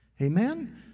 Amen